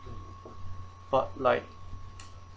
but like